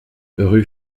rue